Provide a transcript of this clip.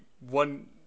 one